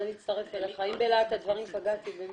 אני אצטרף אליך, אם פגעתי אני